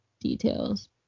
details